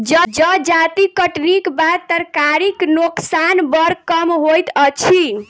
जजाति कटनीक बाद तरकारीक नोकसान बड़ कम होइत अछि